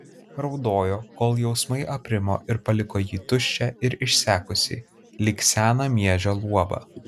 raudojo kol jausmai aprimo ir paliko jį tuščią ir išsekusį lyg seną miežio luobą